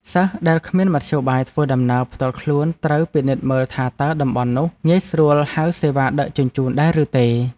សិស្សដែលគ្មានមធ្យោបាយធ្វើដំណើរផ្ទាល់ខ្លួនត្រូវពិនិត្យមើលថាតើតំបន់នោះងាយស្រួលហៅសេវាដឹកជញ្ជូនដែរឬទេ។